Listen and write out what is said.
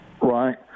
Right